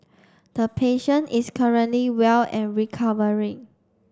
the patient is currently well and recovering